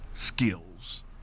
skills